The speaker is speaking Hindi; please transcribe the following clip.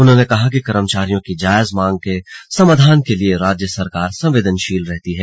उन्होंने कहा कि कर्मचारियों की जायज मांगों के समाधान के लिये राज्य सरकार संवेदनशील रहती है